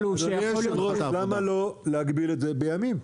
למה לא להגביל את זה בימים?